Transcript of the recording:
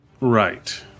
Right